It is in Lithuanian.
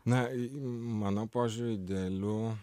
na mano požiūriu idealiu